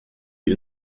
die